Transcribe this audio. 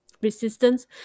resistance